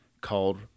called